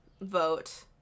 vote